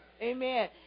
Amen